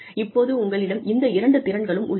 இப்போது உங்களிடம் இந்த இரண்டு திறன்களும் உள்ளன